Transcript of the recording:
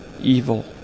evil